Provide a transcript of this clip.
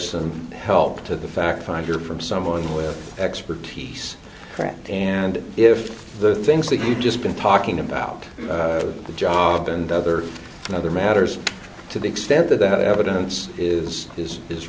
some help to the fact finder from someone where expertise and if the things that you've just been talking about the job and other other matters to the extent that that evidence is is is